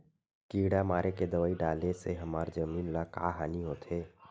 किड़ा मारे के दवाई डाले से हमर जमीन ल का हानि होथे?